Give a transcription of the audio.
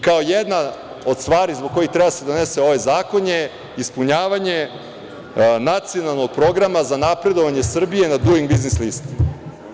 Kao jedna od stvari zbog kojih treba da se donese ovaj zakon je ispunjavanje nacionalnog programa za napredovanje Srbije na Duing biznis listi.